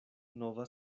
nova